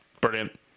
Brilliant